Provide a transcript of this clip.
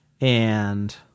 and-